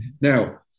now